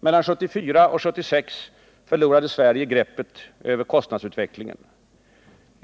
Mellan 1974 och 1976 förlorade Sverige greppet över kostnadsutvecklingen.